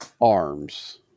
arms